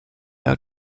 how